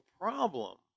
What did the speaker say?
problem